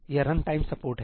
यह runtime support है